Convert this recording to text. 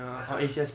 (uh huh)